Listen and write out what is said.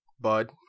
bud